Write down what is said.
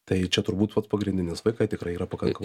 tai čia turbūt vat pagrindinis vaikai tikrai yra pakankamai